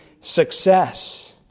success